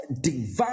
divine